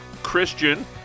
Christian